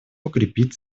укрепить